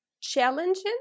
challenging